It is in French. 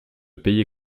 payer